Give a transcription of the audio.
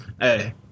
hey